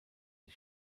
sie